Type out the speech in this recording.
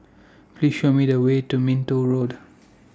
Please Show Me The Way to Minto Road